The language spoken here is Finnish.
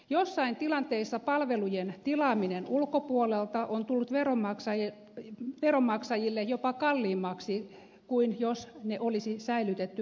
joissain tilanteissa palvelujen tilaaminen ulkopuolelta on tullut veronmaksajille jopa kalliimmaksi kuin jos ne olisi säilytetty valtionhallinnolla